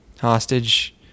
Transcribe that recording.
hostage